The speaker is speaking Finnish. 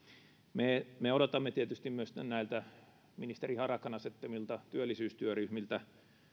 me me odotamme tietysti myös näiltä ministeri harakan asettamilta työllisyystyöryhmiltä